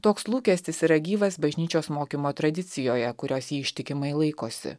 toks lūkestis yra gyvas bažnyčios mokymo tradicijoje kurios ji ištikimai laikosi